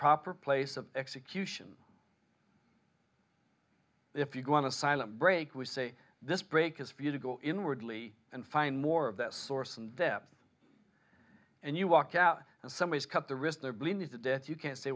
proper place of execution if you go on a silent break we say this break is for you to go inwardly and find more of that source and depth and you walk out and some ways cut the wrist or bleed to death you can't say